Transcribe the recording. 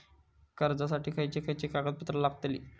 कर्जासाठी खयचे खयचे कागदपत्रा लागतली?